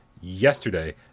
yesterday